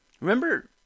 Remember